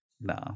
No